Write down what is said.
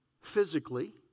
physically